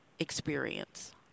experience